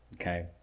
Okay